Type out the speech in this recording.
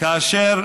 כאשר